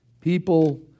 People